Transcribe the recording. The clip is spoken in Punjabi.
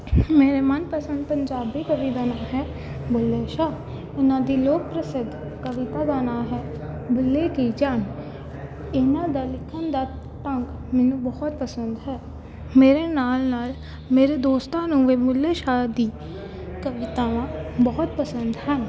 ਮੇਰੇ ਮਨਪਸੰਦ ਪੰਜਾਬੀ ਕਵੀ ਦਾ ਨਾਮ ਹੈ ਬੁੱਲ੍ਹੇ ਸ਼ਾਹ ਉਹਨਾਂ ਦੀ ਲੋਕ ਪ੍ਰਸਿੱਧ ਕਵਿਤਾ ਦਾ ਨਾਮ ਹੈ ਬੁੱਲ੍ਹੇ ਕੀ ਜਾਨ ਇਹਨਾਂ ਦਾ ਲਿਖਣ ਦਾ ਢੰਗ ਮੈਨੂੰ ਬਹੁਤ ਪਸੰਦ ਹੈ ਮੇਰੇ ਨਾਲ ਨਾਲ ਮੇਰੇ ਦੋਸਤਾਂ ਨੂੰ ਵੀ ਬੁੱਲ੍ਹੇ ਸ਼ਾਹ ਦੀ ਕਵਿਤਾਵਾਂ ਬਹੁਤ ਪਸੰਦ ਹਨ